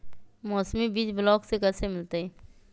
मौसमी बीज ब्लॉक से कैसे मिलताई?